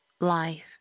life